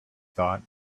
thought